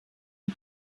die